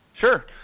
Sure